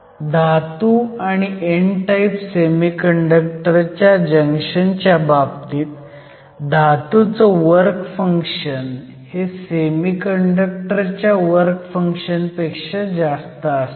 धातू आणि n type semiconductor च्या जंक्शन च्या बाबतीत धातूचं वर्क फंक्शन हे सेमीकंडक्टर च्या वर्क फंक्शन पेक्षा जास्त असतं